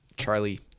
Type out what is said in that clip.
Charlie